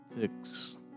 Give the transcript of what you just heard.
fix